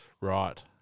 Right